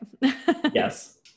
yes